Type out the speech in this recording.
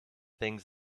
things